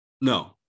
No